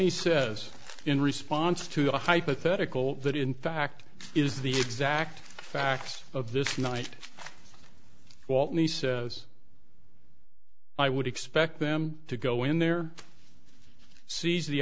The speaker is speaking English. me says in response to a hypothetical that in fact is the exact facts of this night walton he says i would expect them to go in there seize the